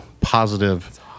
positive